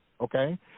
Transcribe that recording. okay